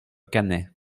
cannet